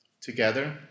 together